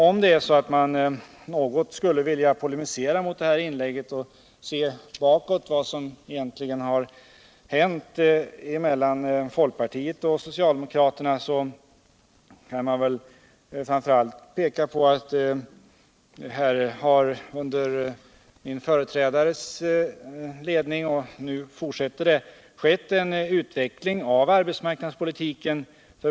Om man något skulle polemisera mot detta inlägg och se bakåt på vad som egentligen har hänt mellan folkpartiet och socialdemokraterna, så kan man framför allt peka på att det under min företrädares ledning skett och nu fortsätter att ske en utveckling av arbetsmarknadspolitiken.